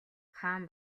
хаан